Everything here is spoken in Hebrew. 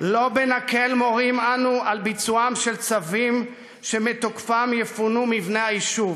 "לא בנקל מורים אנו על ביצועם של צווים שמתוקפם יפונו מבני היישוב